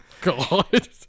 God